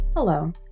Hello